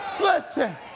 listen